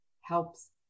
helps